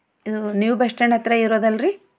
ಇದು new bus stand ಹತ್ತಿರ ಇರೋದು ಅಲ್ಲಾ ರಿ